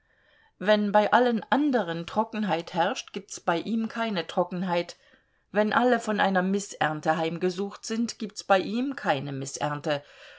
wenn bei allen anderen trockenheit herrscht gibt's bei ihm keine trockenheit wenn alle von einer mißernte heimgesucht sind gibt's bei ihm keine mißernte